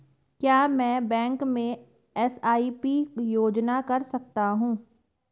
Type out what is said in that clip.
क्या मैं बैंक में एस.आई.पी योजना कर सकता हूँ?